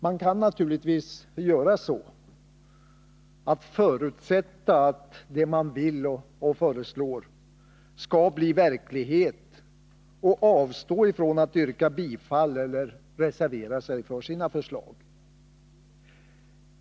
Man kan naturligtvis göra så, dvs. att förutsätta att det man vill och föreslår skall bli verklighet och avstå från att yrka bifall till eller reservera sig för sina förslag.